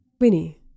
Winnie